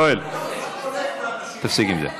יואל, תפסיק עם זה.